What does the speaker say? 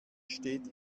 steht